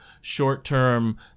short-term